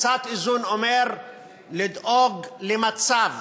קצת איזון זה אומר לדאוג למצב,